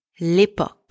l'époque